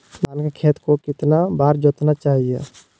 धान के खेत को कितना बार जोतना चाहिए?